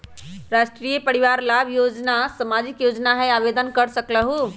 राष्ट्रीय परिवार लाभ योजना सामाजिक योजना है आवेदन कर सकलहु?